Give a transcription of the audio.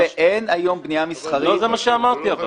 אין היום בניה מסחרית --- אבל זה לא מה שאמרתי.